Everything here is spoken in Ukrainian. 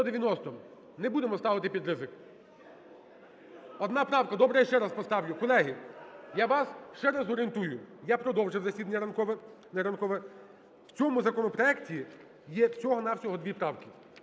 В цьому законопроекті є всього на всього дві правки.